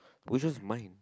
which one is mine